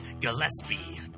Gillespie